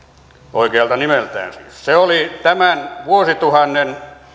oikealta nimeltään siis se oli tämän vuosituhannen